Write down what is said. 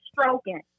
Stroking